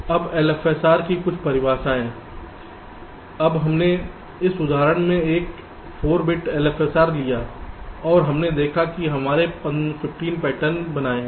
अब LFSR की कुछ परिभाषा अब हमने इस उदाहरण में एक 4 बिट LFSR लिया है और हमने देखा कि हमने 15 पैटर्न बनाए हैं